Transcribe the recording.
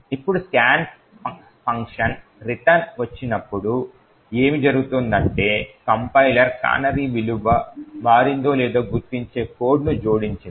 ఇప్పుడు scan function return వచ్చినప్పుడు ఏమి జరుగుతుందంటే కంపైలర్ కానరీ విలువ మారిందో లేదో గుర్తించే కోడ్ను జోడించింది